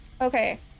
okay